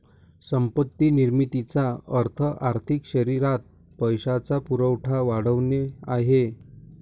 संपत्ती निर्मितीचा अर्थ आर्थिक शरीरात पैशाचा पुरवठा वाढवणे आहे